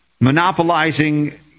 monopolizing